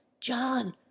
John